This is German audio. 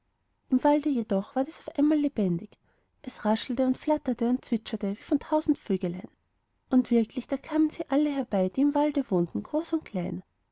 im wald jedoch ward es auf einmal lebendig es raschelte und flatterte und zwitscherte wie von tausend vöglein und wirklich da kamen sie alle herbei die im walde wohnten groß und klein